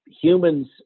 humans